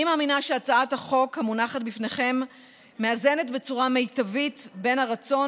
אני מאמינה שהצעת החוק המונחת בפניכם מאזנת בצורה מיטבית בין הרצון